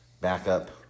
backup